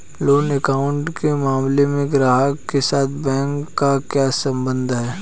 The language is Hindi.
लोन अकाउंट के मामले में ग्राहक के साथ बैंक का क्या संबंध है?